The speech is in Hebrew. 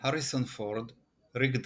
האריסון פורד – ריק דקארד,